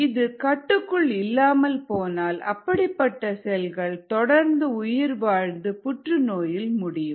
இது கட்டுக்குள் இல்லாமல் போனால் அப்படிப்பட்ட செல்கள் தொடர்ந்து உயிர்வாழ்ந்து புற்றுநோயில் முடியும்